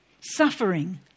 suffering